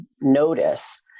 notice